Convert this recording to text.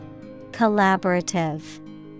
Collaborative